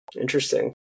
Interesting